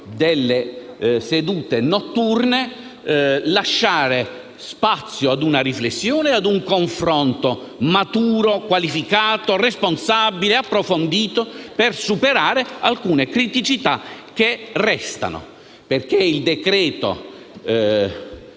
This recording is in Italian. avrebbero potuto lasciare spazio a una riflessione e a un confronto maturo, qualificato, responsabile e approfondito per superare alcune criticità che restano. Il decreto